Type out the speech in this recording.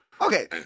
Okay